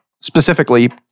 specifically